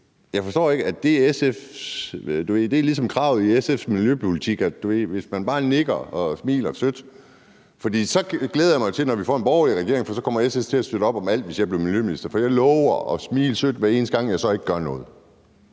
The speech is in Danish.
jeg forstår det ikke. Er det ligesom kravet i SF's miljøpolitik, at man bare skal nikke og smile sødt? For så glæder jeg mig til det, når vi får en borgerlig regering, for så kommer SF til at støtte op om alt, hvis jeg bliver miljøminister, for jeg lover at smile sødt, hver eneste gang jeg så ikke gør noget.